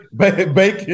bacon